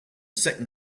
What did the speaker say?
second